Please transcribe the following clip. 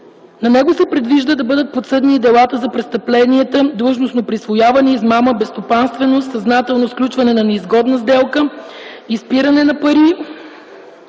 На него се предвижда да бъдат подсъдни делата за престъпленията длъжностно присвояване, измама, безстопанственост, съзнателно сключване на неизгодна сделка, изпиране на пари,